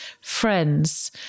friends